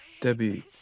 debbie